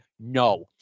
no